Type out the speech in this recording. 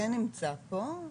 זה כן נמצא פה.